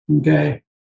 Okay